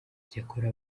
icyakora